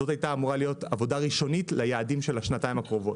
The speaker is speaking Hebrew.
זאת הייתה אמורה להיות עבודה ראשונית ליעדים של השנתיים הקרובות.